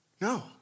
No